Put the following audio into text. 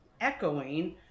echoing